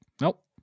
Nope